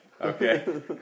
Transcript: Okay